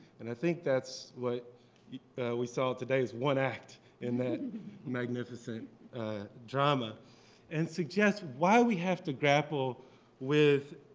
and i think that's what we saw today, is one act in that magnificent drama and suggests why we have to grapple with,